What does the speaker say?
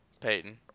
Peyton